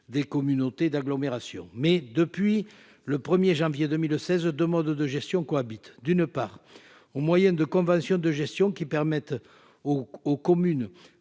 des communautés d'agglomération mais depuis le 1er janvier 2016 demandes de gestion cohabitent : d'une part au moyen de convention de gestion qui permettent aux communes